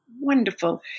wonderful